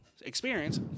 experience